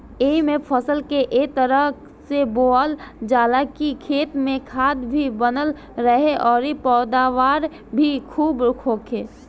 एइमे फसल के ए तरह से बोअल जाला की खेत में खाद भी बनल रहे अउरी पैदावार भी खुब होखे